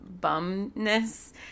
bumness